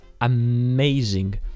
amazing